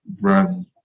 run